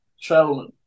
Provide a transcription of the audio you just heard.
traveling